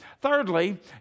Thirdly